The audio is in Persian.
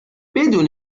بدون